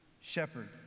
shepherd